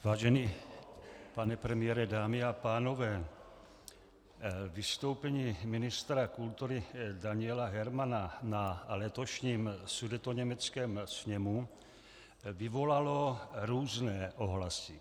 Vážený pane premiére, dámy a pánové, vystoupení ministra kultury Daniela Hermana na letošním sudetoněmeckém sněmu vyvolalo různé ohlasy.